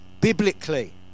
biblically